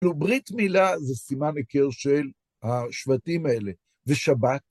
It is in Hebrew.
כאילו, ברית מילה זה סימן עיקר של השבטים האלה. ושבת?